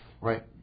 Right